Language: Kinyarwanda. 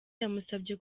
yamusabye